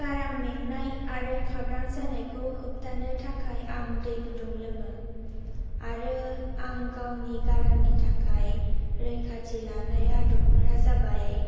गारां मेंनाय आरो खाब्रां जानायखौ होबथानो थाखाय आं दै गुदुं लोङो आरो आं गावनि गारांनि थाखाय रैखाथि लानाय आदबफोरा जाबाय